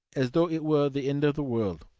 as though it were the end of the world.